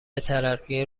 ترقی